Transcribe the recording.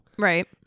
Right